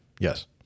Yes